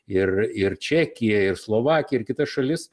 ir ir čekiją ir slovakiją ir kita šalis